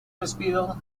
despido